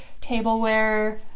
tableware